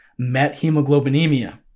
methemoglobinemia